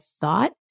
thought